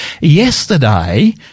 Yesterday